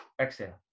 exhale